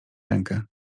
rękę